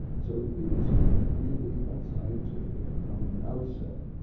so the thing is really unscientific from the outset.